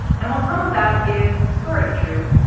and while some of that is sort of true,